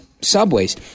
subways